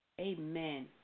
Amen